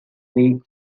creek